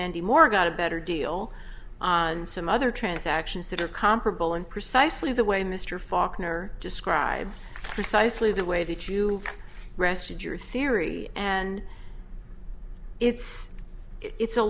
andy more got a better deal and some other transactions that are comparable in precisely the way mr faulkner describe precisely the way that you rest your theory and it's it's a